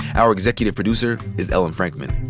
our executive producer is ellen frankman.